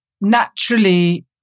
naturally